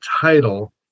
title